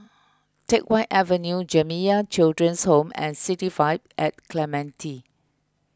Teck Whye Avenue Jamiyah Children's Home and City Vibe at Clementi